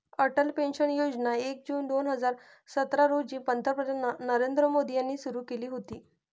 Atal pension योजना एक जून दोन हजार सतरा रोजी पंतप्रधान नरेंद्र मोदी यांनी सुरू केली होती